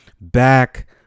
back